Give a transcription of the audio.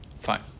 fine